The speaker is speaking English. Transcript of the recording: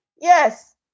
Yes